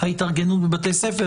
ההתארגנות בבתי הספר,